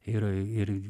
ir ir